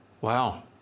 Wow